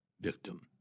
victim